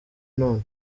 none